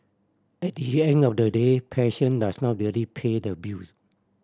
at the end of the day passion does not really pay the bills